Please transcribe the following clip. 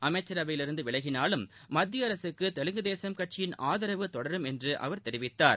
அமைச்சரவையிலிருந்து விலகினாலும் மத்திய அரசுக்கு தெலுங்கு தேசும் கட்சியின் ஆதரவு தொடரும் என்று அவர் தெரிவித்தார்